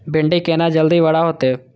भिंडी केना जल्दी बड़ा होते?